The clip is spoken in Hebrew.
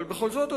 אבל בכל זאת,